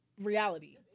reality